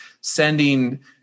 sending